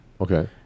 Okay